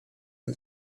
and